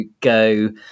go